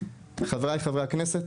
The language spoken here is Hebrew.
חבריי חברי הכנסת.